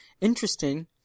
Interesting